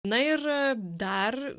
na ir dar